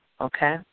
Okay